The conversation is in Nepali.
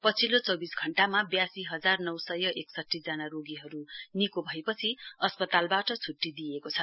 पछिल्लो चौविस घण्टामा बयासी हजार नौ सय एकाठी जना रोगीहरु निको भएपछि अस्पतालबाट छुट्टी दिइएको छ